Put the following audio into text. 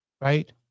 right